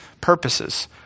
purposes